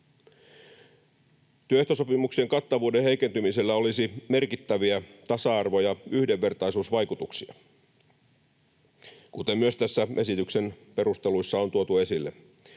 Työehtosopimuksen kattavuuden heikentymisellä olisi merkittäviä tasa-arvo- ja yhdenvertaisuusvaikutuksia, kuten myös tässä esityksen perusteluissa on tuotu esille: